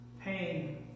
pain